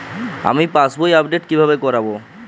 আমি পাসবই আপডেট কিভাবে করাব?